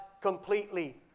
completely